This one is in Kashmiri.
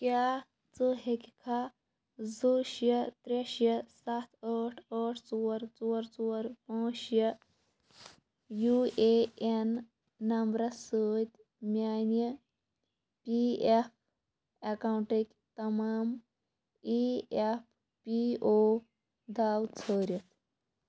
کیٛاہ ژٕ ہیٚکہِ کھا زٕ شےٚ ترٛےٚ شےٚ سَتھ ٲٹھ ٲٹھ ژور ژور ژور پانٛژھ شےٚ یوٗ اے اٮ۪ن نَمبرَس سۭتۍ میٛانہِ پی اٮ۪ف اٮ۪کاوُنٛٹٕکۍ تَمام ای اٮ۪ف پی او داو ژھٲرِتھ